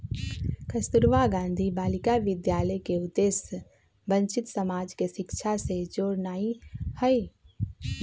कस्तूरबा गांधी बालिका विद्यालय के उद्देश्य वंचित समाज के शिक्षा से जोड़नाइ हइ